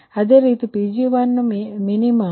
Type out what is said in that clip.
ಅದೇ ರೀತಿ Pg1min32 MWಗೆ